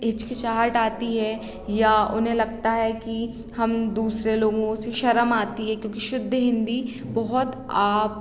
हिचकिचाहट आती है या उन्हें लगता है कि हम दूसरे लोगों से शर्म आती है क्योंकि शुद्ध हिंदी बहुत आप